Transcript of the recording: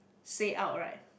say out right